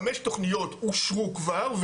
חמש תוכניות אושרו כבר.